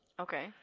Okay